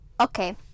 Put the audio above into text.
okay